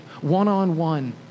one-on-one